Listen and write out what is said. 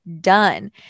done